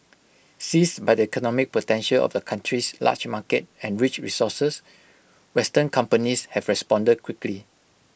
seized by the economic potential of the country's large market and rich resources western companies have responded quickly